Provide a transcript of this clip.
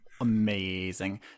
Amazing